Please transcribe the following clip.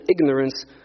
ignorance